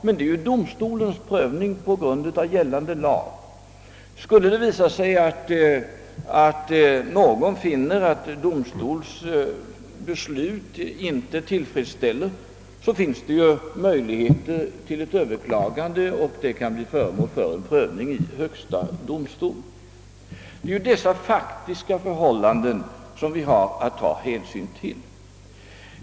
Skulle någon finna att domstolens beslut, vilket fattats på grundval av gällande lag, är otillfredsställande, så finns det möjligheter att överklaga, och frågan kan då bli föremål för prövning i vattenöverdomstolen. Det är dessa faktiska förhållanden vi har att ta hänsyn till.